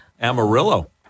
Amarillo